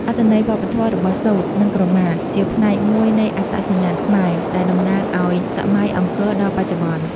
អត្ថន័យវប្បធម៌របស់ សូត្រ និងក្រមា ជាផ្នែកមួយនៃអត្តសញ្ញាណខ្មែរ ដែលតំណាងឲ្យសម័យអង្គរដល់បច្ចុប្បន្ន។